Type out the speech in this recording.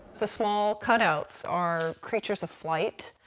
the small cutouts are creatures of flight.